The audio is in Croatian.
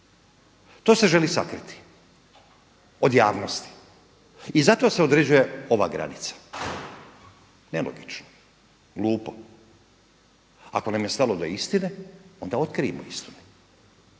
To se želi sakriti od javnosti i zato se određuje ova granica. Nelogično. Glupo. Ako nam je stalo do istine, onda otkrijmo istine.